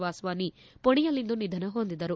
ವಾಸ್ವಾನಿ ಪುಣೆಯಲ್ಲಿಂದು ನಿಧನ ಹೊಂದಿದರು